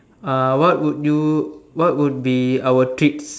uh what would you what would be our treats